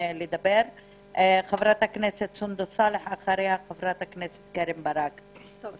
חברת הכנסת סונדוס סלאח, בבקשה.